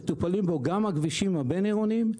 מטופלים בו גם הכבישים הבין-עירוניים.